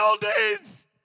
buildings